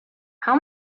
how